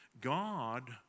God